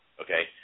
Okay